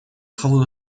travaux